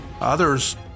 Others